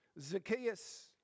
Zacchaeus